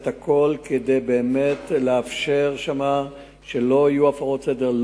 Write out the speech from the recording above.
הכול כדי באמת לאפשר שלא יהיו שם הפרעות סדר,